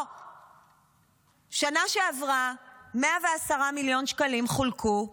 בשנה שעברה 110 מיליון שקלים חולקו,